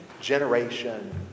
generation